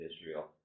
Israel